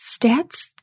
stats